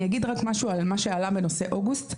אגיד משהו על מה שעלה כאן בנושא אוגוסט.